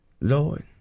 Lord